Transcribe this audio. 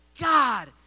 God